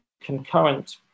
concurrent